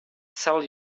sell